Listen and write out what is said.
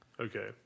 Okay